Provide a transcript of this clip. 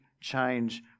change